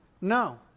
No